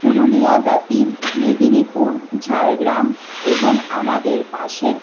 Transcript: পুরুলিয়াব্যাপী মেদিনীপুর ঝাড়গ্রাম এবং আমাদের পাশের